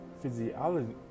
physiology